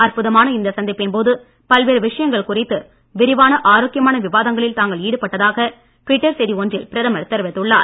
அற்புதமான இந்த சந்திப்பின் போது பல்வேறு விஷயங்கள் குறித்து விரிவான ஆரோக்கியமான விவாதங்களில் தாங்கள் ஈடுபட்டதாக டுவிட்டர் செய்தி ஒன்றில் பிரதமர் தெரிவித்துள்ளார்